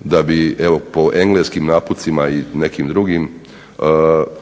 da bi evo po engleskim naputcima i nekim drugim